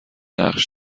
نقش